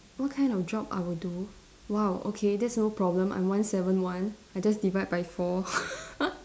what kind of job I will do !wow! okay that's no problem I'm one seven one I just divide by four